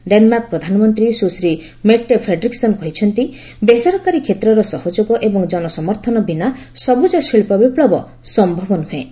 Denmark ପ୍ରଧାନମନ୍ତ୍ରୀ ସୁଶ୍ରୀ Mette Frederiksen କହିଛନ୍ତି ବେସରକାରୀ କ୍ଷେତ୍ରର ସହଯୋଗ ଏବଂ ଜନସମର୍ଥନ ବିନା ସବୁଜ ଶିଳ୍ପ ବିପ୍ଳବ ସମ୍ଭବ ନୁହେଁ